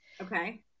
Okay